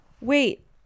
Wait